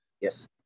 yes